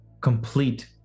complete